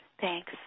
Thanks